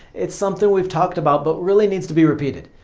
it's something we've talked about but really needs to be repeated.